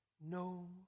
no